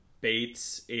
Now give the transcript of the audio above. Bates